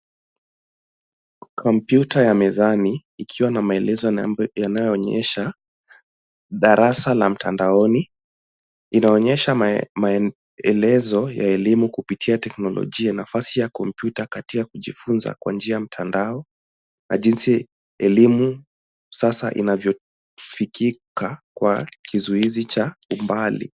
Kompyuta ya mezani, ikiwa na maelezo yanayoonyesha darasa la mtandaoni. Inaonyesha maelezo ya elimu kupitia teknolojia. Nafasi ya kompyuta katika kujifunza kwa njia ya mtandao, na jinsi elimu sasa inavyofikika kwa kizuizi cha umbali.